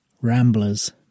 ramblers